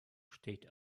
steht